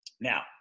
Now